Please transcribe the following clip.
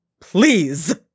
Please